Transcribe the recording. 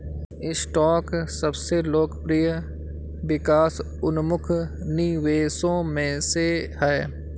stock सबसे लोकप्रिय विकास उन्मुख निवेशों में से है